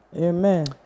Amen